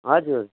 हजुर